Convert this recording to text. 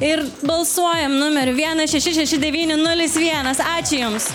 ir balsuojam numeriu vienas šeši šeši devyni nulis vienas ačiū jums